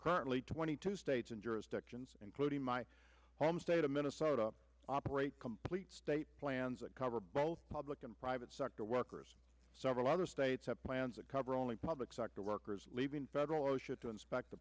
currently twenty two states and jurisdictions including my home state of minnesota operate complete state plans that cover both public and private sector workers several other states have plans to cover only public sector workers leaving federal osha to inspect the